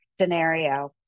scenario